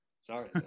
Sorry